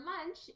lunch